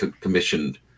commissioned